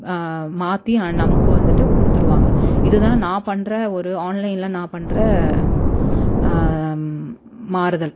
மாற்றி நமக்கு வந்துட்டு கொடுத்துருவாங்க இதுதான் நான் பண்ணுற ஒரு ஆன்லைனில் நான் பண்ணுற மாறுதல்